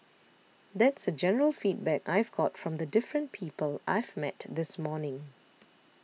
that's the general feedback I've got from the different people I've met this morning